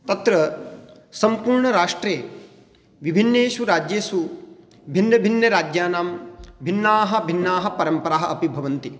तत्र सम्पूर्णराष्ट्रे विभिन्नेषु राज्येषु भिन्नभिन्नराज्यानां भिन्नाः भिन्नाः परम्पराः अपि भवन्ति